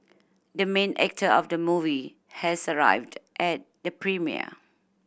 the main actor of the movie has arrived at the premiere